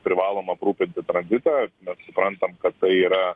privalom aprūpinti tranzitą mes suprantam kad tai yra